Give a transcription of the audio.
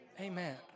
Amen